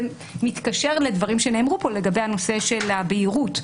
זה מתקשר לדברים שנאמרו פה לגבי הנושא של הבהירות.